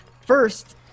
First